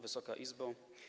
Wysoka Izbo!